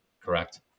correct